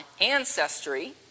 ancestry